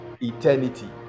eternity